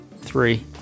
Three